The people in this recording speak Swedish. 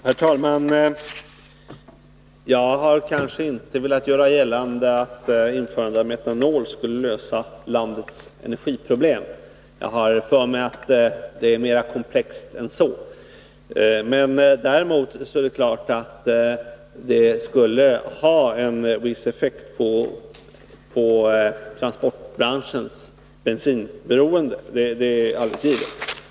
Herr talman! Jag har inte velat göra gällande att införande av metanol skulle lösa landets energiproblem. Jag har för mig att det hela är mer komplext än så. Däremot skulle det givetvis ha en viss effekt på transportbranschens bensinberoende.